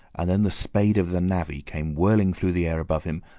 and then the spade of the navvy came whirling through the air above him,